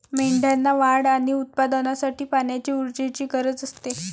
मेंढ्यांना वाढ आणि उत्पादनासाठी पाण्याची ऊर्जेची गरज असते